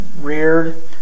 reared